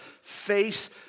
face